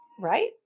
Right